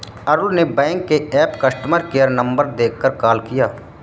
अरुण ने बैंक के app customer care number देखकर कॉल किया